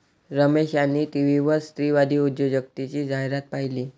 रमेश यांनी टीव्हीवर स्त्रीवादी उद्योजकतेची जाहिरात पाहिली